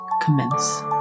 commence